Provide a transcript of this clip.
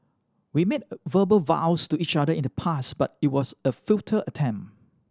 we made verbal vows to each other in the past but it was a futile attempt